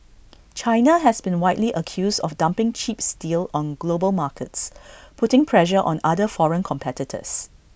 China has been widely accused of dumping cheap steel on global markets putting pressure on other foreign competitors